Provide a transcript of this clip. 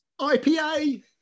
IPA